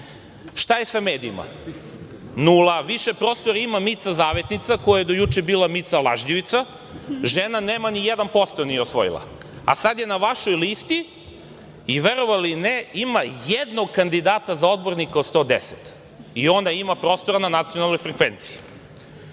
Šta je sa medijima? Nula. Više prostora ima Mica Zavetnica koja je do juče bila Mica lažnjivica. Žena nema ni 1%, nije osvojila, a sada je na vašoj listi i verovali ili ne ima jednog kandidata za odbornika od 110 i ona ima prostora na nacionalnoj frekvenciji. Izmene